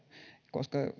koska